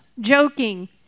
joking